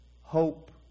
hope